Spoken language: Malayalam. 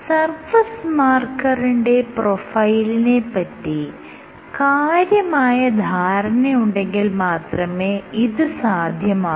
സർഫസ് മാർക്കറിന്റെ പ്രൊഫൈലിനെ പറ്റി കാര്യമായ ധാരണയുണ്ടെങ്കിൽ മാത്രമേ ഇത് സാധ്യമാകൂ